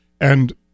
And-